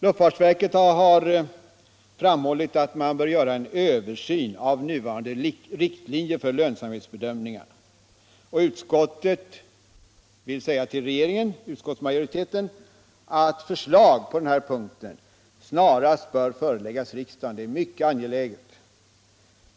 Luftfartsverket har framhållit att en översyn bör göras av nuvarande riktlinjer för lönsamhetsbedömningar, och utskottsmajoriteten vill att riksdagen skall framhålla för regeringen att förslag härom snarast bör föreläggas riksdagen. Det är mycket angeläget.